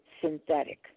synthetic